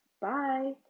bye